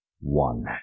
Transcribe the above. One